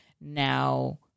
now